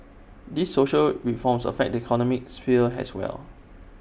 these social reforms affect the economic sphere as well